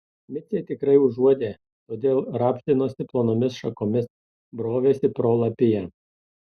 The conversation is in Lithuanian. micė tikrai užuodė todėl rabždinosi plonomis šakomis brovėsi pro lapiją